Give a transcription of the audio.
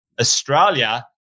Australia